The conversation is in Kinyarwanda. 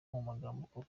koko